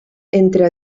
entre